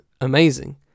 amazing